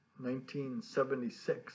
1976